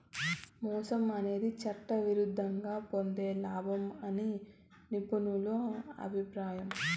మోసం అనేది చట్టవిరుద్ధంగా పొందే లాభం అని నిపుణుల అభిప్రాయం